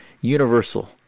universal